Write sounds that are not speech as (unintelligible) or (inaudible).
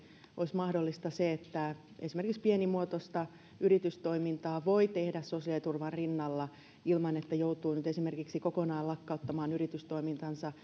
olisi mahdollista esimerkiksi pienimuotoista yritystoimintaa tehdä sosiaaliturvan rinnalla ilman että joutuu nyt esimerkiksi kokonaan lakkauttamaan yritystoimintansa (unintelligible)